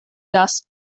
dust